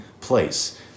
place